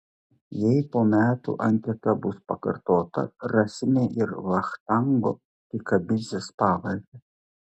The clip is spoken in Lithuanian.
jei po metų anketa bus pakartota rasime ir vachtango kikabidzės pavardę